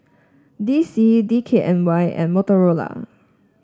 D C D K N Y and Motorola